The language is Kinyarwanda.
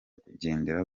kugendera